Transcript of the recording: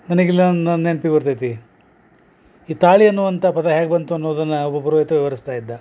ನನಗಿಲ್ಲಾನ ನೆನ್ಪಿಗೆ ಬರ್ತೈತಿ ಈ ತಾಳಿ ಅನ್ನೋ ಅಂತ ಪದ ಹ್ಯಾಗೆ ಬಂತು ಅನ್ನೋದನ್ನ ಒಬ್ಬ ಪುರೋಹಿತ ವಿವರಿಸ್ತಾ ಇದ್ದ